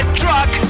truck